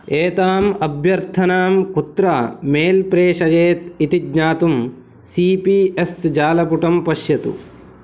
एताम् अभ्यर्थनां कुत्र मेल् प्रेषयेत् इति ज्ञातुं सि पि एस् जालपुटं पश्यतु